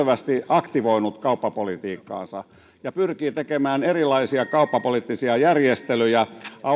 aktivoinut kauppapolitiikkaansa ja pyrkii tekemään erilaisia kauppapoliittisia järjestelyjä australian japanin